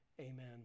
amen